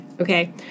okay